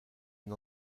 une